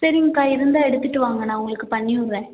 சரிங்கக்கா இருந்தால் எடுத்துகிட்டு வாங்க நான் உங்களுக்கு பண்ணி விடுறேன்